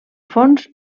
fons